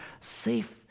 safe